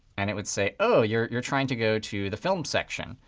and it would say, oh, you're you're trying to go to the film section.